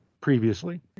previously